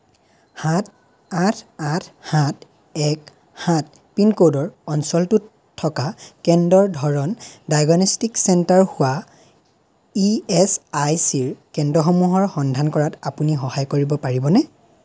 সাত আঠ আঠ সাত এক সাত পিনক'ডৰ অঞ্চলটোত থকা কেন্দ্ৰৰ ধৰণ ডায়েগনষ্টিক চেণ্টাৰ হোৱা ই এচ আই চি কেন্দ্ৰসমূহৰ সন্ধান কৰাত আপুনি সহায় কৰিব পাৰিবনে